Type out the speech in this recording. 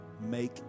make